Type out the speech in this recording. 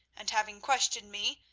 and having questioned me,